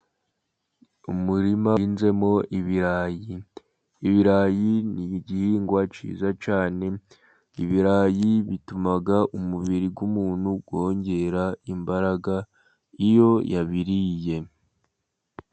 Umurima uhinzemo ibirayi, ibirayi ni igihingwa cyiza cyane, ibirayi bituma umubiri w'umuntu wongera imbaraga iyo yabiriye.